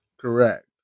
Correct